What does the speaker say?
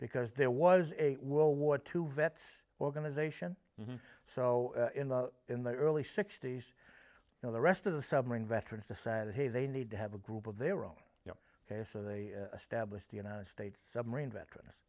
because there was a world war two vets organization so in the in the early sixty's you know the rest of the submarine veterans decided hey they need to have a group of their own you know ok so they established the united states submarine veterans